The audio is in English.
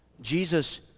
Jesus